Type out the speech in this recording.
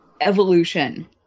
evolution